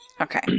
Okay